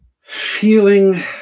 feeling